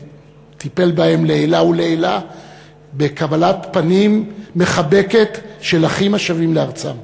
טיפל בהם לעילא ולעילא בקבלת פנים מחבקת של אחים השבים לארצם.